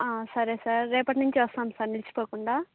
సరే సార్ రేపటి నుంచి వస్తాం సార్ నిలిచిపోకుండా